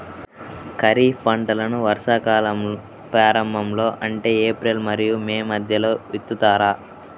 ఖరీఫ్ పంటలను వర్షాకాలం ప్రారంభంలో అంటే ఏప్రిల్ మరియు మే మధ్యలో విత్తుతారు